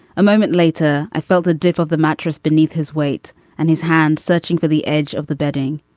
a moment later i felt a dip of the mattress beneath his weight and his hand searching for the edge of the bedding.